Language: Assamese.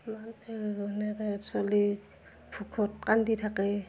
তেনেকৈ চলি ভোকত কান্দি থাকে